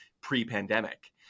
pre-pandemic